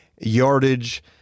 yardage